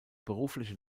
berufliche